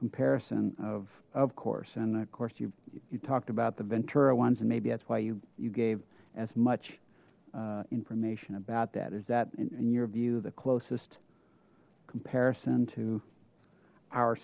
comparison of of course and of course you you talked about the ventura ones and maybe that's why you you gave as much information about that is that in your view the closest comparison to our